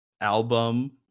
Album